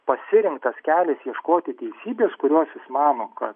pasirinktas kelias ieškoti teisybės kurios jis mano kad